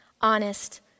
honest